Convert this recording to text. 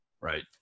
right